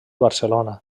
barcelona